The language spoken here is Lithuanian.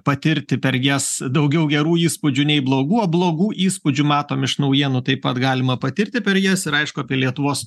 patirti per jas daugiau gerų įspūdžių nei blogų o blogų įspūdžių matom iš naujienų taip pat galima patirti per jas ir aišku apie lietuvos